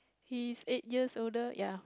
he's eight years older ya